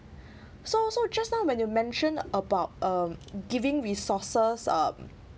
so so just now when you mentioned about um giving resources um